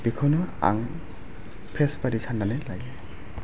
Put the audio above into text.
बेखौनो आं फेस बायदि साननानै लायो